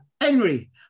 Henry